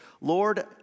Lord